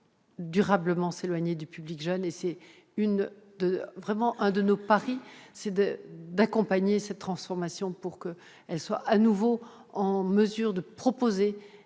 durablement s'éloigner du public jeune. L'un de nos paris est d'accompagner cette transformation pour qu'il soit à nouveau en mesure de proposer